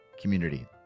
community